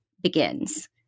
begins